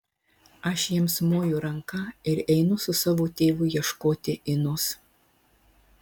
aš jiems moju ranka ir einu su savo tėvu ieškoti inos